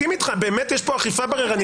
אני מסכים איתך, באמת יש פה אכיפה בררנית.